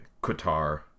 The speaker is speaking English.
Qatar